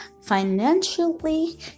financially